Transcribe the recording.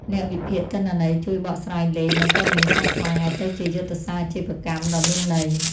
អ្នកវិភាគទិន្នន័យជួយបកស្រាយលេខ និងព័ត៌មានស្មុគស្មាញឱ្យទៅជាយុទ្ធសាស្ត្រអាជីវកម្មដ៏មានន័យ។